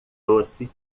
doce